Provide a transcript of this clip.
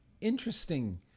Interesting